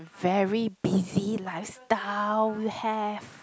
very busy lifestyle you have